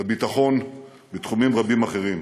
בביטחון ובתחומים רבים אחרים.